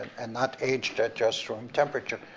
and not aged at just room temperature.